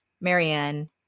Marianne